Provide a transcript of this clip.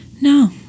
no